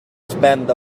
spend